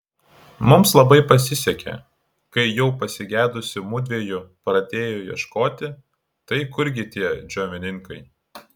mums labai pasisekė kai jau pasigedusi mudviejų pradėjo ieškoti tai kurgi tie džiovininkai